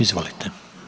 Izvolite.